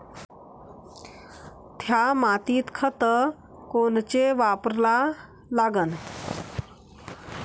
थ्या मातीत खतं कोनचे वापरा लागन?